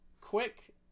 Quick